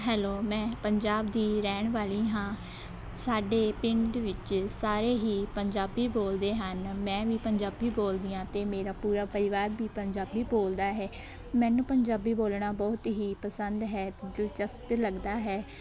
hello ਮੈਂ ਪੰਜਾਬ ਦੀ ਰਹਿਣ ਵਾਲੀ ਹਾਂ ਸਾਡੇ ਪਿੰਡ ਵਿੱਚ ਸਾਰੇ ਹੀ ਪੰਜਾਬੀ ਬੋਲਦੇ ਹਨ ਮੈਂ ਵੀ ਪੰਜਾਬੀ ਬੋਲਦੀ ਹਾਂ ਅਤੇ ਮੇਰਾ ਪੂਰਾ ਪਰਿਵਾਰ ਵੀ ਪੰਜਾਬੀ ਬੋਲਦਾ ਹੈ ਮੈਨੂੰ ਪੰਜਾਬੀ ਬੋਲਣਾ ਬਹੁਤ ਹੀ ਪਸੰਦ ਹੈ ਦਿਲਚਸਪ ਲੱਗਦਾ ਹੈ